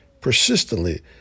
persistently